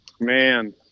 man